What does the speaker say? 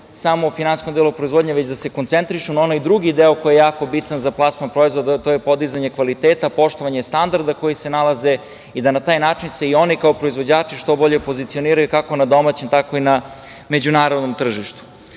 samo o finansijskom delu proizvodnje, već da se koncentrišu na onaj drugi deo koji je jako bitan za plasman proizvoda, a to je podizanje kvaliteta, poštovanje standarda koji se nalaze i da na taj način se i oni kao proizvođači što bolje pozicioniraju, kako na domaćem tako i na međunarodnom tržištu. Ono